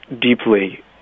deeply